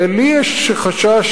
לי יש חשש,